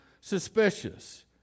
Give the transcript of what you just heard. suspicious